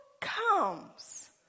comes